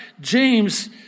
James